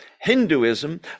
Hinduism